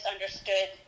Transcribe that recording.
misunderstood